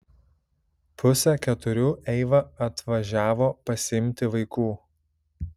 pusę keturių eiva atvažiavo pasiimti vaikų